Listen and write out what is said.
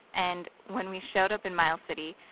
and when we showed up in miles city,